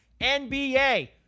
NBA